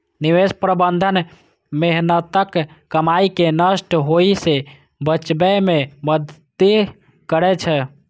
निवेश प्रबंधन मेहनतक कमाई कें नष्ट होइ सं बचबै मे मदति करै छै